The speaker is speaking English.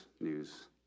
news